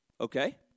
Okay